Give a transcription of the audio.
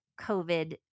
COVID